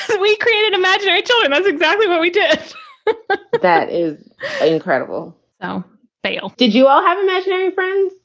we created imaginary children. that's exactly what we did that is incredible. so fail did you all have imaginary friends?